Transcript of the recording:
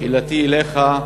שאלתי אליך: